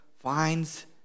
finds